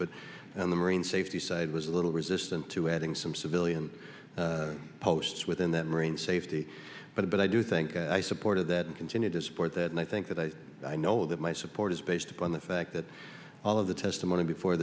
but the marine safety side was a little resistant to adding some civilian posts within that marine safety but i do think i supported that and continue to support that and i think that i know that my support is based upon the fact that all of the testimony before